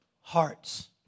hearts